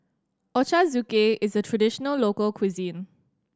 ochazuke is a traditional local cuisine